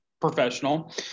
professional